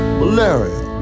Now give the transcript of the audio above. malaria